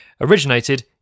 originated